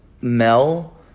Mel